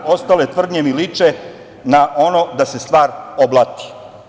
Ostale tvrdnje mi liče na ono da se stvar oblati.